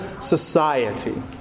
society